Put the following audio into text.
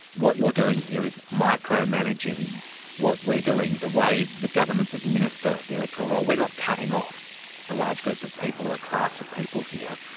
what you're doing here is micro-managing what we're doing the way the governments administer the electoral roll. we're not cutting off a large group of people or a class of people here,